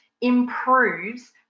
improves